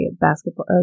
basketball